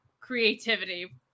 creativity